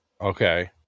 okay